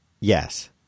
Yes